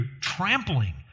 trampling